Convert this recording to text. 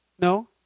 No